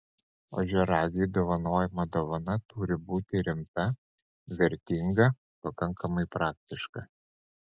ožiaragiui dovanojama dovana turi būti rimta vertinga pakankamai praktiška